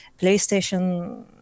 PlayStation